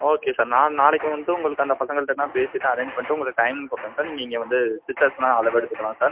okay sir நான் நாளைக்கு வந்து உங்களுக்கு அந்த பசங்கள்ட்டலாம் பேசிவிட்டு அரேஞ் பண்ணிவிட்டு உங்களுக்கு டைம் சொல்லுற சார் நீங்கள் இங்கே வந்து சிஸ்டர்ஸ்லாம் அளவு எடுத்துக்கலாம் சார்